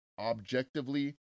objectively